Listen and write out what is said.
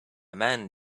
man